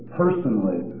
personally